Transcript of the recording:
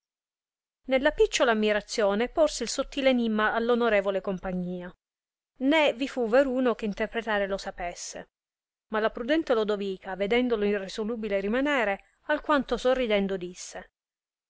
non picciola ammirazione porse il sottil enimma all onorevole compagnia né vi fu veruno che interpretare lo sapesse ma la prudente lodovica vedendolo irresolubile rimanere alquanto sorridendo disse